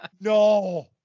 No